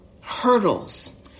hurdles